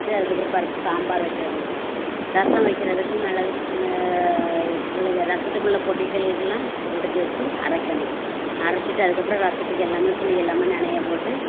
விட்டு அதுக்கப்புறம் பருப்பு சாம்பார் வைக்கிறது ரசம் வைக்கிறதுக்கு மிளகு உள்ள ரசத்துக்கு உள்ள பொடிகள்லாம் எடுத்து வச்சு அரைக்கணும் அரைச்சிட்டு அதுக்கப்புறம் ரசத்துக்கு எல்லாமே புளி எல்லாமே நனைய போட்டு